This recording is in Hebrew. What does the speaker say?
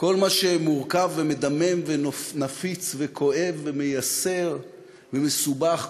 כל מה שמורכב ומדמם ונפיץ וכואב ומייסר ומסובך,